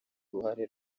uruhare